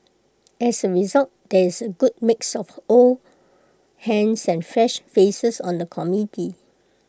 as A result there is A good mix of old hands and fresh faces on the committee